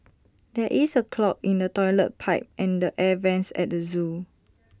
there is A clog in the Toilet Pipe and the air Vents at the Zoo